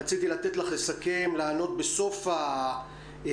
רציתי לתת לך לסכם ולענות בסוף הדיון,